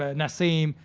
ah nassim.